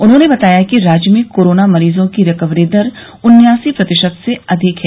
उन्होंने बताया कि राज्य में कोरोना मरीजों की रिकबरी दर उन्यासी प्रतिशत से अधिक है